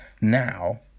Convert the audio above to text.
now